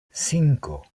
cinco